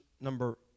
number